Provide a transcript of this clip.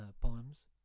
poems